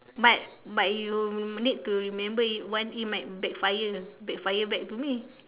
but but you need to remember it one it might backfire backfire back to me